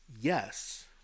yes